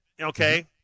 okay